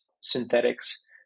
synthetics